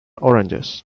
oranges